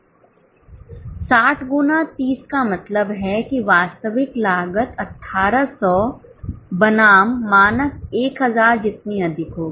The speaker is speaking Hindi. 60 गुना 30 का मतलब है कि वास्तविक लागत 1800 बनाम मानक 1000 जितनी अधिक होगी